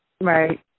Right